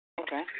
Okay